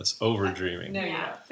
overdreaming